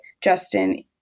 Justin